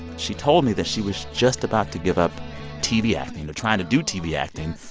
she told me that she was just about to give up tv acting, or trying to do tv acting,